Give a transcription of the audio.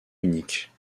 unique